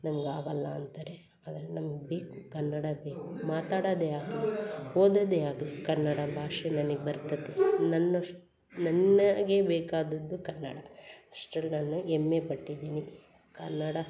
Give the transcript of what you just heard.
ನನ್ಗೆ ಆಗೋಲ್ಲ ಅಂತಾರೆ ಆದರೆ ನಮ್ಗೆ ಬೇಕು ಕನ್ನಡ ಬೇಕು ಮಾತಾಡೋದೆ ಆಗಲಿ ಓದೋದೆ ಆಗಲಿ ಕನ್ನಡ ಭಾಷೆ ನನಗೆ ಬರ್ತೈತೆ ನನ್ನಷ್ಟು ನನಗೆ ಬೇಕಾದದ್ದು ಕನ್ನಡ ಅಷ್ಟ್ರಲ್ಲಿ ನಾನು ಹೆಮ್ಮೆ ಪಟ್ಟಿದ್ದೀನಿ ಕನ್ನಡ